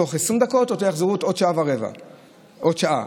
תוך עשרים דקות או עוד שעה ורבע או שעה?